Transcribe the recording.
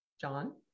John